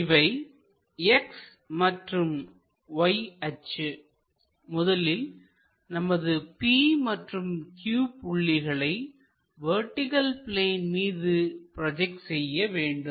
இவை X மற்றும் Y அச்சுமுதலில் நமது p மற்றும் q புள்ளிகளை வெர்டிகள் பிளேன் மீது ப்ரோஜெக்ட் செய்ய வேண்டும்